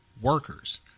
workers